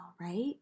right